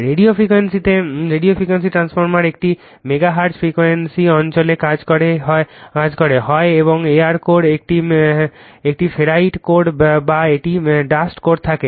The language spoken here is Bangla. রেডিও ফ্রিকোয়েন্সি ট্রান্সফরমার এটি মেগাহার্টজ ফ্রিকোয়েন্সি অঞ্চলে কাজ করে হয় এবং এয়ার কোর একটি ফেরাইট কোর বা একটি ডাস্ট কোর থাকে